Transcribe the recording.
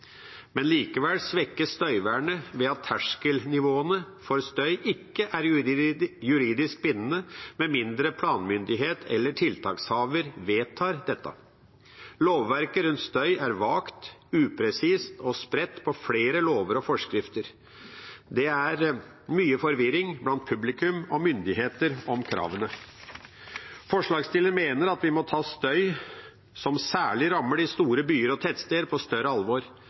ikke er juridisk bindende med mindre planmyndighet eller tiltakshaver vedtar dette. Lovverket rundt støy er vagt, upresist og spredt på flere lover og forskrifter. Det er mye forvirring blant publikum og myndigheter om kravene. Forslagsstillerne mener at vi må ta støy, som særlig rammer de store byene og tettstedene, på større alvor.